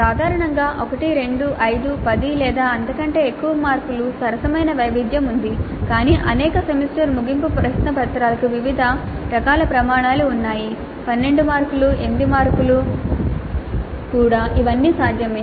సాధారణంగా 1 2 5 10 లేదా అంతకంటే ఎక్కువ మార్కుల సరసమైన వైవిధ్యం ఉంది కానీ అనేక సెమిస్టర్ ముగింపు ప్రశ్నపత్రాలకు వివిధ రకాల ప్రమాణాలు ఉన్నాయి 12 మార్కులు 8 మార్కులు కూడా ఇవన్నీ సాధ్యమే